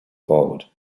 forward